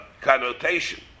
connotation